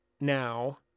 now